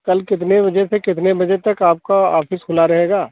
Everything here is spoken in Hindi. कल कितने बजे से कितने बजे तक आपका ऑफिस खुला रहेगा